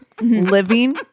living